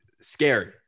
scary